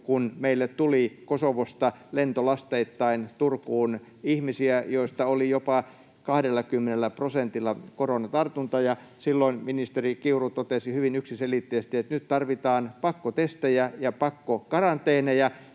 kun meille tuli Kosovosta lentolasteittain Turkuun ihmisiä, joista oli jopa 20 prosentilla koronatartunta. Silloin ministeri Kiuru totesi hyvin yksiselitteisesti, että nyt tarvitaan pakkotestejä ja pakkokaranteeneja,